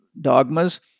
dogmas